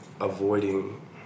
avoiding